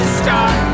start